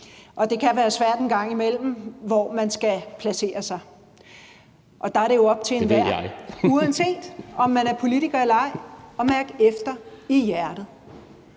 imellem være svært at se, hvor man skal placere sig. Og der er det jo op til enhver, uanset om man er politiker eller ej, at mærke efter i hjertet.